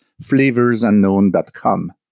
flavorsunknown.com